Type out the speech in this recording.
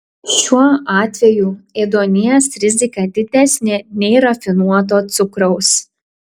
šiuo atveju ėduonies rizika didesnė nei rafinuoto cukraus